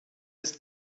ist